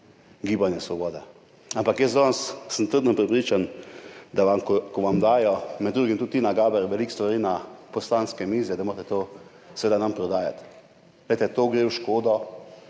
Gibanje Svoboda. Ampak jaz danes sem trdno prepričan, da vam, ko vam dajo, med drugim tudi Tina Gaber, veliko stvari na poslanske mize, da morate to seveda nam prodajati. Glejte, to gre v škodo